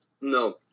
No